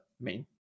main